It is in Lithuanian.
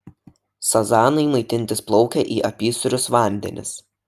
sazanai maitintis plaukia į apysūrius vandenis